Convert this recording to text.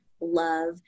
love